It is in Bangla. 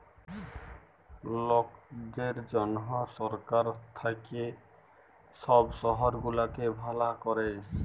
লকদের জনহ সরকার থাক্যে সব শহর গুলাকে ভালা ক্যরে